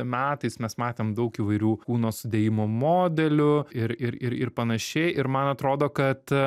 metais mes matėm daug įvairių kūno sudėjimo modelių ir ir ir panašiai ir man atrodo kat